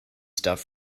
stuff